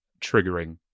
triggering